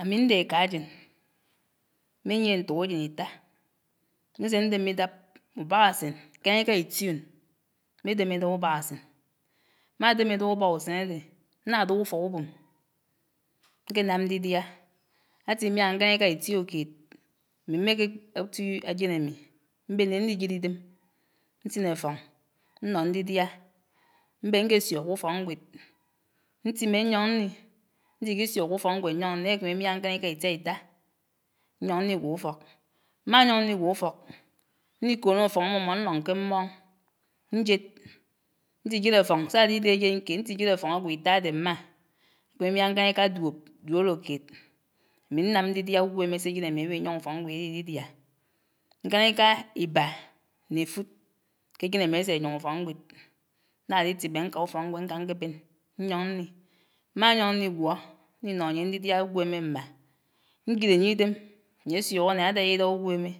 Ámi ñdé éká ájén, mméyié ñtokájén ítá, ñsé ñdémé ídáb ubákásén ñkáníká ítíon mmédém'ídáb ubákásén. mmádém'ídáb ubákusén ádé, nnáduk ufók ubòm ñkénám ñdídiá, átímiá ñkáníká ítiòkéd ámí mméké tuí ájén ámí, mmbéné nníjéd ídém, nnsín áfóñ, nnó ndídíá, mmbén ñkésuuk k'ufókñgwéd, ntímé ñyóñ nní, nntík'ísuk k'ufókñgwéd ñyóñ nní ákémí ímíá ñkáníkâ ítiáítá, ñyóñ nnígwó ufók. Mmáyóñ nnígwó ufók nníkònò áfóñ mmómó nnóñ ké mmóñ ñjéd, ñtí jéd áfóñ, sád'ídégé ájén kéd, ñtí jéd áfóñ ágw'ítá ádé mmá, ákím'ímíá ñkáníká duob, duolòkéd ámí ñnám ñdídíá ugwémé sé ájén ámí áwí yóñ ufókñgwéd írírí díá. Ñkáníká íbá nné éfud k'éjén ámí ásé áyoñ ufókñgwéd. Nnárítímé ñká ufókngwed ñká ñkébén ñyóñ nní, mmáyóñ nnígwó nnínó áyé ndídía ugwémé mmá, ñjéd áy'ídém, áyésuuk ánáá ádáyá ídáb ugwémé,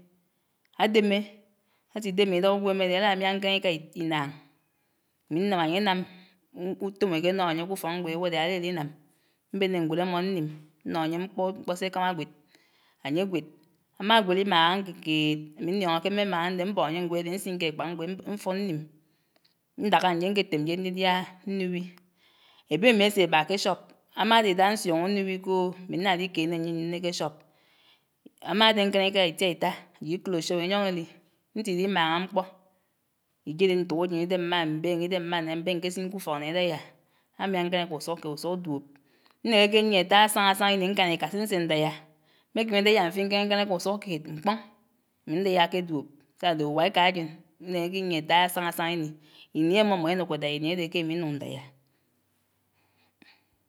ádémé, átídémé ídáb úguémé ádé ál'ámíá ñkáníká ínáñ.ámí nám áyé utòm éké nóhó áyé k'ufókñgwéd éwò l'álílí nám, mbéné ñgwéd ámó nním, nnó áyé mkpó sékámá ágwéd, ányé gwéd, ámágwéd ímááá áñkèkéééd ámí nníóñó ké mmémá ándé mbó áyé ñgwéd ádé nsín k'ékpád ñgwéd mfud ním, ñdáká ñjén ñkétém ñjen ndídíá nnuwí. Ébémi ásébá ké shop, ámádé ídáhá nsuñó nnuwí kòòò, ámi nnálíkéné áyé ké shop, ámádé ñkáníká ítiaítá ájid í'close shop íyóñ ílí, ntílí máñá mkpó, íjéd ntòkájén ídém má mbéñé ídém má né mbén ñkésín k'ufók n'ádáyá ámiá ñkániká usukéd usuk duob. Nékéké nyié átáá sáñá sáñá íni ñkáníká sé nsé dáyá, mékémi ídáyá mfin ké ñkáníká usukéd, mkpóñ ami ndáyá ké duob sádé uwá ékájén ínékéké íyié átá sáñásáñá íní. Íní ámmómó énukó dáyá íní ádé k'ámi nuñ ndáyá